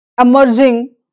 emerging